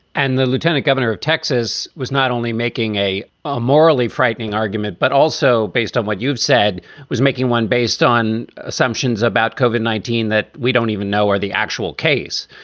and the lieutenant governor of texas was not only making a ah morally frightening argument, but also based on what you've said was making one based on assumptions about the nineteen that we don't even know are the actual case,